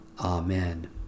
Amen